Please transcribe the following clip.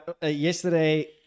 yesterday